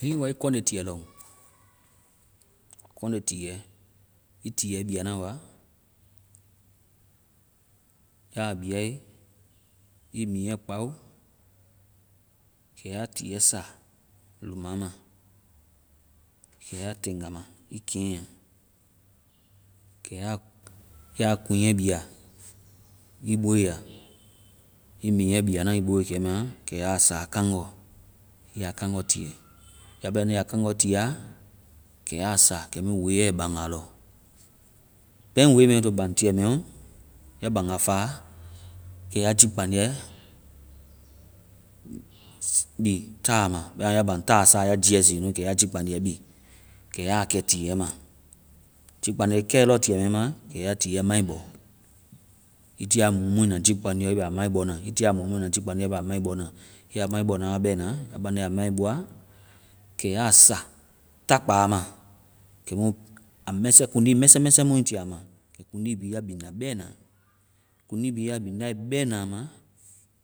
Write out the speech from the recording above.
Hiŋi ii wa ii kɔnde tiɛ lɔŋ, kɔnde tiɛ. Ii tiɛ bia na wa, ya biae, ii miɛ kpao, kɛ ya tiɛ sa lumama. Kɛ ya tɛŋg a ma, ii keŋ. Kɛ ya-ya kuŋ bia ii boe ya. Ii miɛ biana ii boe kɛ ma, kɛ ya sa a kaŋngɔ. Ii ya kaŋngɔ tiiɛ. Ya baŋde aa kaŋngɔ tiiɛ, kɛ ya sa kɛ weiyɛ baŋ a lɔ. Kpɛ weimɛ ai to baŋ tiɛ lɔ, kɛ ya baŋ aa fa. Kɛ ya jii kpaŋdiɛ bi ta ma. Bɛma ya baŋ ta sa ya jiiɛ si nu. Kɛ ya jii kpaŋdiɛ bi kɛ ya kɛ tiɛ ma. Jii kpaŋdiɛ kɛe tiiɛ mɛ ma, kɛ ya tiɛ maibɔ. Ii tia a muimui na jiiɛ ɔ, ii bɛ a maibɔ na. Ii tia a muimui na jiiɛ ɔ, ii bɛ a maibɔ na. Ii ya mai bɔna wa bɛna. Ya baŋde aa mai bɔa, kɛ ya sa takpa ma kɛmu a mɛsɛ-kuŋdi mɛsɛ mui ti a ma, kɛ kuŋdi bi a biŋda bɛna. Kuŋdi bi a biŋdae bɛna a ma,